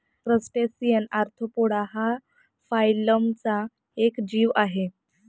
crustacean arthropoda हा फायलमचा एक जीव आहे